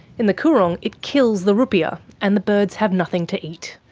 in the coorong, it kills the ruppia, and the birds have nothing to eat.